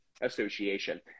Association